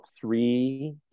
three